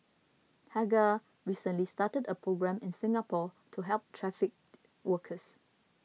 Hagar recently started a programme in Singapore to help trafficked workers